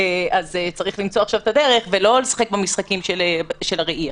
אז צריך למצוא את הדרך, ולא לשחק במשחקים של הראי.